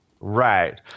Right